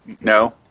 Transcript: No